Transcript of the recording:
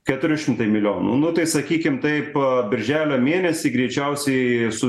keturi šimtai milijonų nu tai sakykim taip pat birželio mėnesį greičiausiai su